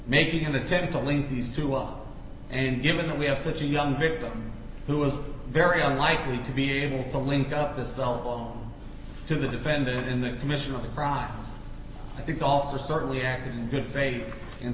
making an attempt to link these two up and given that we have such a young victim who is very unlikely to be able to link up the cell phone to the defendant in the commission of a crime i think also certainly act in good faith and